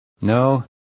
No